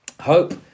hope